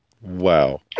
wow